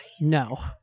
No